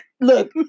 Look